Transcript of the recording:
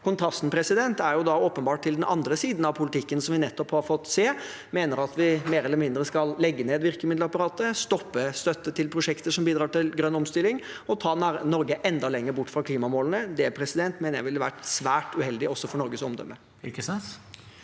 Kontrasten er åpenbar til den andre siden av politikken, som vi nettopp har fått høre mener at vi mer eller mindre skal legge ned virkemiddelapparatet og stoppe støtte til prosjekter som bidrar til grønn omstilling, noe som ville ta Norge enda lenger bort fra å nå klimamålene. Det mener jeg ville ha vært svært uheldig, også for Norges omdømme. Torgeir